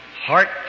heart